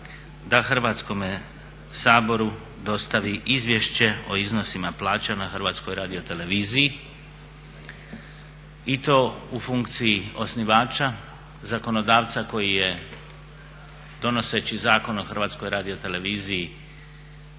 da Hrvatskome saboru dostavi izvješće o iznosima plaća na HRT-u i to u funkciji osnivača, zakonodavca koji je donoseći Zakon o HRT-u ustrojio sve